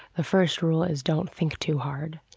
the first rule is don't think too hard